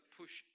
push